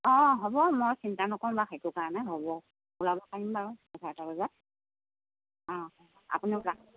অঁ হ'ব মই চিন্তা নকৰো বাৰু সেইটো কাৰণে হ'ব ওলাব পাৰিম বাৰু এঘাৰটা বজাত অঁ আপুনিও ওলাওক